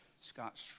Scott